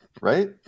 right